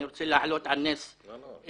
אני רוצה להעלות על נס את